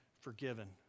forgiven